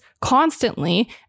constantly